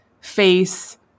face